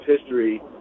history